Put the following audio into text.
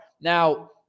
Now